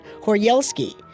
Horyelski